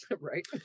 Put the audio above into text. Right